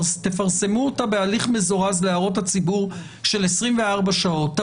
תפרסמו אותה בהליך מזורז של 24 שעות להערות הציבור,